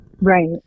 Right